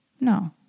No